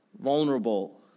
vulnerable